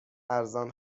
ارزان